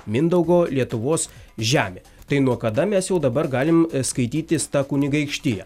mindaugo lietuvos žemė tai nuo kada mes jau dabar galim skaitytis ta kunigaikštija